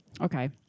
Okay